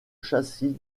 châssis